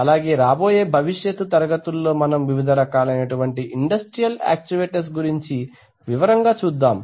అలాగే రాబోయే భవిష్యత్తు తరగతులలో మనము వివిధ రకాలైనటువంటి ఇండస్ట్రియల్ యాక్చువేటర్స్ గురించి వివరంగా చూద్దాం